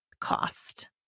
cost